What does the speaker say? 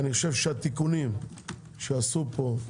אני חושב שהתיקונים שעשו פה,